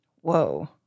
Whoa